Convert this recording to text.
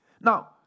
Now